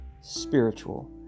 spiritual